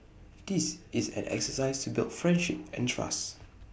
this is an exercise to build friendship and trust